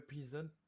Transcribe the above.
episode